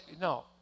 no